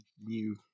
new